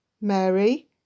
Mary